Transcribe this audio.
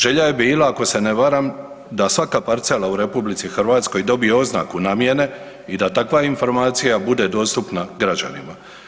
Želja je bila, ako se ne varam, da svaka parcela u RH dobije oznaku namjene i da takva informacija bude dostupna građanima.